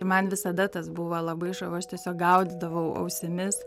ir man visada tas buvo labai žavu aš tiesiog gaudydavau ausimis